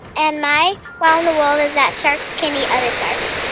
and my wow in the world is that sharks can eat other sharks.